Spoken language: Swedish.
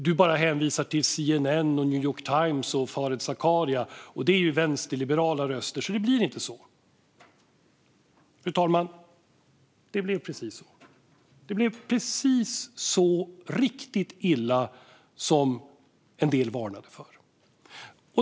Du bara hänvisar till CNN, New York Times och Fareed Zakaria. Det är ju vänsterliberala röster, det blir inte så. Fru talman! Det blev precis så. Det blev precis så riktigt illa som en del varnade för.